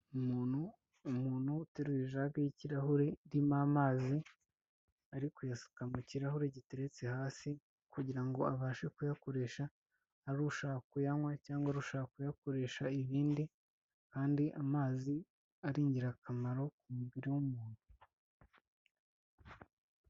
Umuntu umuntu uteruye ijage y'ikirahure irimo amazi, ari kuyasuka mu kirahure giteretse hasi, kugira ngo abashe kuyakoresha, ari ushaka kuyanywa cyangwa urusha kuyakoresha ibindi kandi amazi ari ingirakamaro ku mubiri w'umuntu.